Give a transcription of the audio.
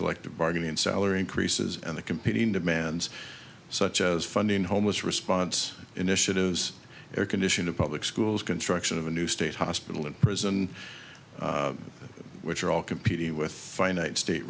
collective bargaining and salary increases and the competing demands such as funding homeless response initiatives air condition of public schools construction of a new state hospital and prison which are all competing with finite state